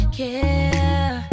care